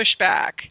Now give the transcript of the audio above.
pushback